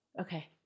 Okay